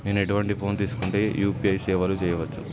నేను ఎటువంటి ఫోన్ తీసుకుంటే యూ.పీ.ఐ సేవలు చేయవచ్చు?